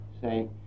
say